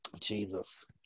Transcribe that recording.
Jesus